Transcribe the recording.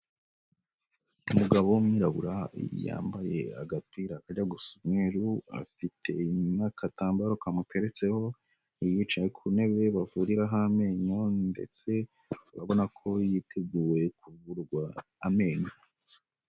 Umugabo w'umwirabura yambaye agapira kajya gusa umweru, afite inyuma agatambaro kamuteretseho, yicaye ku ntebe bavuriraho amenyo ndetse urabona ko yiteguye kuvurwa amenyo.